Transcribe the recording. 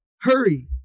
Hurry